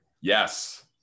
yes